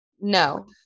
No